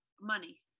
money